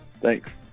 thanks